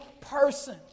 person